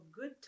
good